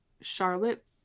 Charlotte